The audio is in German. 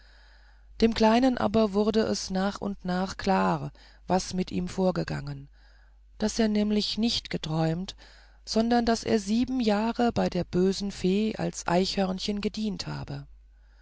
dem kleinen aber wurde es nach und nach klar was mit ihm vorgegangen daß er nämlich nicht geträumt sondern daß er sieben jahre bei der bösen fee als eichhörnchen gedient habe